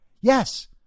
Yes